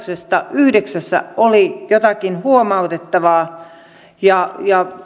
yhdeksässä oli jotakin huomautettavaa